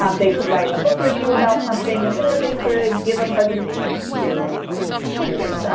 um they could write a book review about something, or they could give a presentation to students.